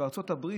מארצות הברית,